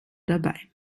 dabei